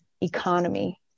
economy